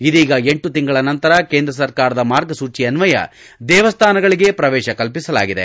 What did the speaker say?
ಇದೀಗ ಎಂಟು ತಿಂಗಳ ನಂತರ ಕೇಂದ್ರ ಸರ್ಕಾರದ ಮಾರ್ಗಸೂಚಿ ಅನ್ನಯ ದೇವಸ್ಥಾನಗಳಗೆ ಪ್ರವೇಶ ಕಲ್ಪಿಸಲಾಗಿದೆ